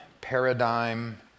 Paradigm